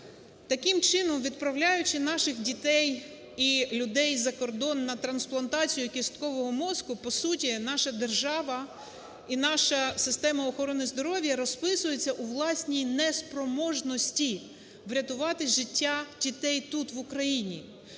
Таким чином, відправляючи наших дітей і людей за кордон на трансплантацію кісткового мозку по суті наша держава і наша система охорони здоров'я розписуються у власній неспроможності врятувати життя дітей тут в Україні.